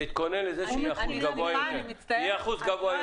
תתכונן לזה שיהיה אחוז גבוה יותר.